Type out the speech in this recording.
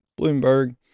Bloomberg